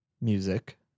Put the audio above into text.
music